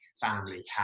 Family